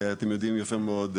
אתם יודעים יפה מאוד,